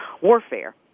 warfare